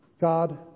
God